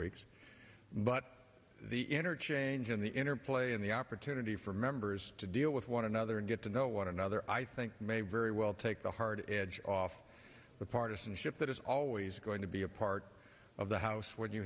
weeks but the interchange in the interplay and the opportunity for members to deal with one another and get to know one another i think may very well take the hard edge off the partisanship that is always going to be a part of the house when you